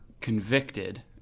convicted